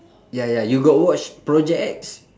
ya ya you got watch project X